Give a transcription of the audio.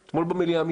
במליאה.